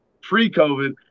pre-COVID